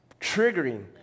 triggering